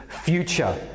future